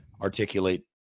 articulate